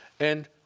and